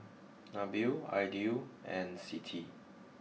Nabil Aidil and Siti